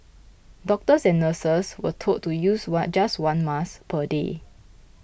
doctors and nurses were told to use one just one mask per day